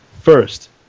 First